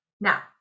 Now